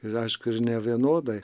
ir aišku ir nevienodai